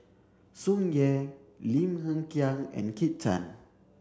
Tsung Yeh Lim Hng Kiang and Kit Chan